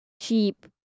Cheap